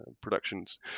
productions